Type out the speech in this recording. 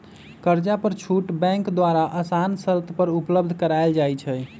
कर्जा पर छुट बैंक द्वारा असान शरत पर उपलब्ध करायल जाइ छइ